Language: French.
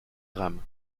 grammes